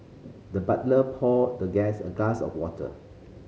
the butler poured the guest a glass of water